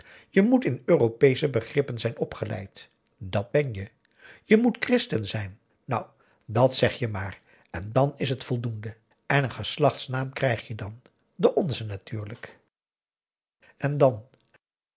je moet in europeesche begrippen zijn opgeleid dat ben je je moet christen zijn nou dat zeg je maar en dan is het voldoende en een geslachtsnaam krijg je dan den onzen natuurlijk en dan